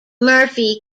murphy